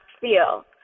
feel